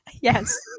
yes